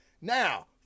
Now